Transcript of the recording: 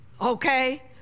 okay